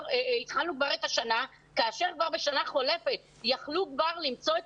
התחלנו את השנה כאשר כבר בשנה חולפת יכלו למצוא את